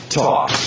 talk